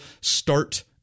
start